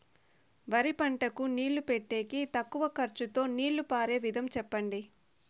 వరి పంటకు నీళ్లు పెట్టేకి తక్కువ ఖర్చుతో నీళ్లు పారే విధం చెప్పండి?